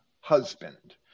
husband